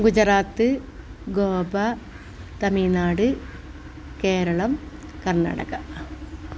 Gujarat Goa Tamil Nadu Kerala Karnataka